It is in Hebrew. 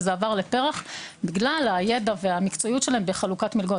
וזה עבר לפר"ח בגלל הידע והמקצועיות שלהם בחלוקת מלגות,